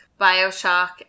Bioshock